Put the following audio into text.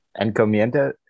encomienda